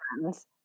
friends